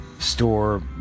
store